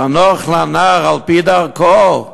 חנוך לנער על-פי דרכו,